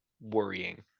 worrying